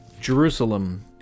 Jerusalem